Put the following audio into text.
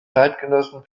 zeitgenossen